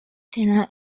tenure